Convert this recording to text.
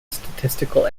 statistical